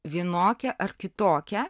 vienokia ar kitokia